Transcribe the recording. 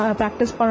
practice